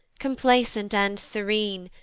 complacent and serene,